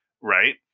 right